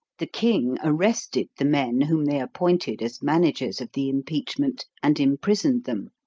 the king arrested the men whom they appointed as managers of the impeachment, and imprisoned them.